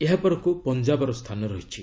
ଏହାପରକ୍ତ ପଞ୍ଜାବର ସ୍ଥାନ ରହିଛି